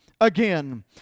Again